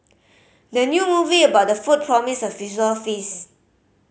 the new movie about food promises a visual feast